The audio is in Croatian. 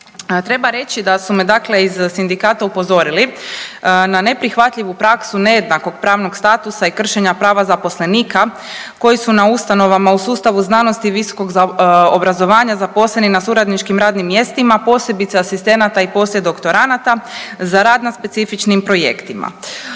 Treba reći da su me dakle iz sindikata upozorili na neprihvatljivu praksu nejednakog pravnog statusa i kršenja prava zaposlenika koji su na ustanovama u sustavu znanosti visokog obrazovanja zaposleni na suradničkim radnim mjestima, posebice asistenata i poslijedoktoranada, za rad na specifičnim projektima.